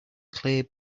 clay